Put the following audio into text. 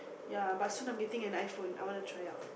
ya but soon I'm getting an iPhone I wanna try out